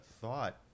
thought